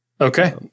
Okay